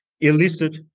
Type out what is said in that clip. illicit